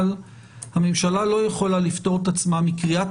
אבל הממשלה לא יכולה לפטור את עצמה מקריאת